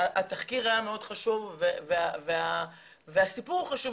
התחקיר היה מאוד חשוב והסיפור הוא חשוב,